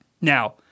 Now